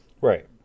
Right